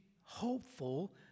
hopeful